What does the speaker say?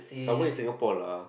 someone in Singapore lah